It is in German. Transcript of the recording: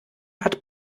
hat